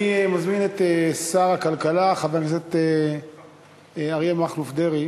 אני מזמין את שר הכלכלה חבר הכנסת אריה מכלוף דרעי